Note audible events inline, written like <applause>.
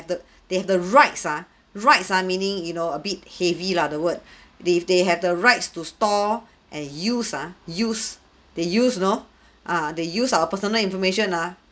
the they have the rights ah rights ah meaning you know a bit heavy lah the word <breath> they they have the rights to store <breath> and use ah use they use you know <breath> ah they use our personal information ah